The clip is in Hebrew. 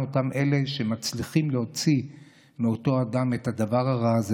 אלה שמצליחים להוציא מאותו אדם את הדבר הרע הזה